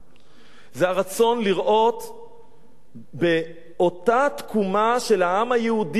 זה הרצון לראות באותה תקומה של העם היהודי בארצו,